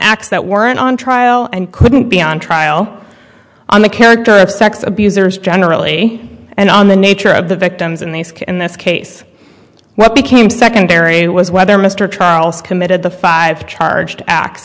acts that weren't on trial and couldn't be on trial on the character of sex abusers generally and on the nature of the victims and the sick and this case what became secondary it was whether mr charles committed the five charged acts